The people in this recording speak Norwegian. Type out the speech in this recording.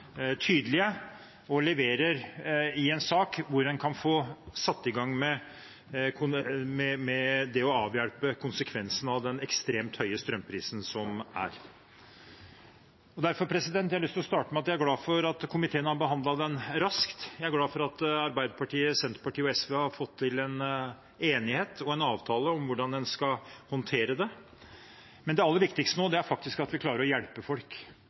tydelige og leverer i denne saken, slik at en kan få satt i gang med å avhjelpe konsekvensene av den ekstremt høye strømprisen som er. Jeg har derfor lyst til å starte med at jeg er glad for at komiteen har behandlet saken raskt. Jeg er glad for at Arbeiderpartiet, Senterpartiet og SV har fått til en enighet og en avtale om hvordan en skal håndtere det. Men det aller viktigste nå er faktisk at vi klarer å hjelpe folk.